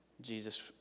Jesus